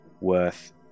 worth